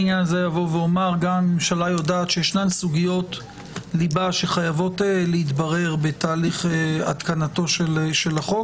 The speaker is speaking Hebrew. הממשלה יודעת שיש סוגיות ליבה שחייבות להתברר בתהליך התקנתו של החוק